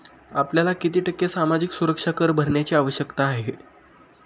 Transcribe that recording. आपल्याला किती टक्के सामाजिक सुरक्षा कर भरण्याची आवश्यकता आहे?